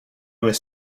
was